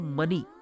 money